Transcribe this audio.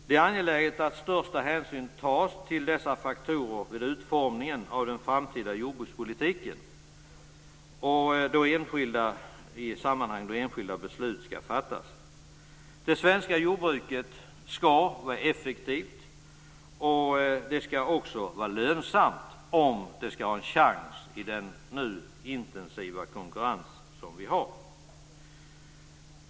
Det är angeläget att största hänsyn tas till dessa faktorer vid utformningen av den framtida jordbrukspolitiken och i samband med att enskilda beslut skall fattas. Det svenska jordbruket skall vara effektivt och även lönsamt, om det skall ha en chans i den intensiva konkurrens som vi nu har.